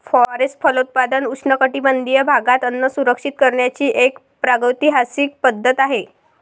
forest फलोत्पादन उष्णकटिबंधीय भागात अन्न सुरक्षित करण्याची एक प्रागैतिहासिक पद्धत आहे